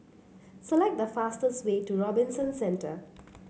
select the fastest way to Robinson Centre